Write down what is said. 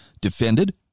defended